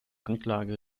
anlage